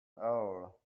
oil